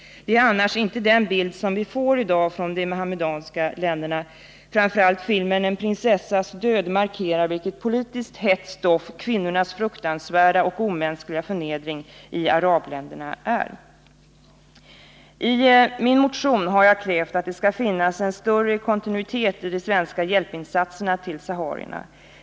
Det är i det avseendet en annan bild än den vi i dag får av de andra muhammedanska länderna. Särskilt filmen ”En prinsessas död” har markerat vilket politiskt hett stoff kvinnornas fruktansvärda och omänskliga förnedring i arabländerna är. I min motion har jag krävt att det skall finnas en större kontinuitet i de svenska hjälpinsatserna till saharierna.